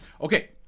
Okay